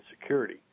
security